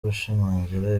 gushimangira